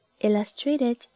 illustrated